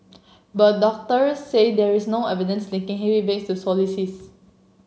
but doctors say there is no evidence linking heavy bags to scoliosis